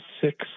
six